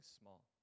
small